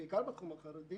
בעיקר בתחום החרדי,